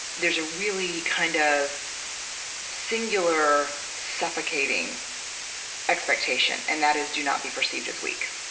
there's a really kind of singular, suffocating expectation and that is do not be perceived as weak.